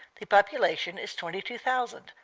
the population is twenty-two thousand,